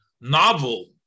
Novel